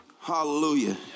Hallelujah